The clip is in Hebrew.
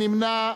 מי נמנע?